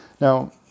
Now